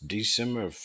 December